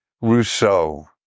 Rousseau